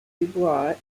dubois